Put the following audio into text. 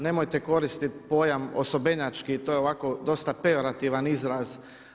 Nemojte koristiti pojam osobenjački, to je ovako dosta pejorativan izraz.